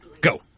Go